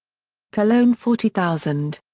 cologne forty thousand.